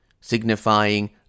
signifying